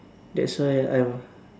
that's why I will